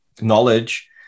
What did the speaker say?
knowledge